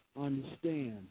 understand